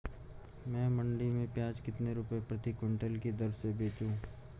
मैं मंडी में प्याज कितने रुपये प्रति क्विंटल की दर से बेचूं?